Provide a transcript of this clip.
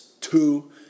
two